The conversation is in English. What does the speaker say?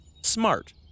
smart